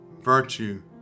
virtue